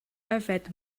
yfed